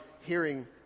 hearing